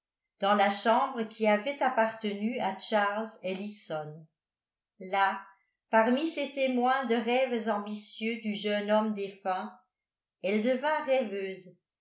dans la chambre qui avait appartenu à charles ellison là parmi ces témoins des rêves ambitieux du jeune homme défunt elle devint rêveuse